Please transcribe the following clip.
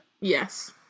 Yes